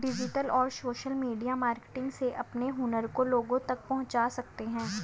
digital और social media marketing से अपने हुनर को लोगो तक पहुंचा सकते है